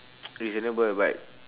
reasonable but